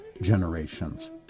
generations